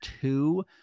two